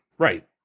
Right